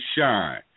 shine